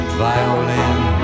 violin